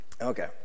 Okay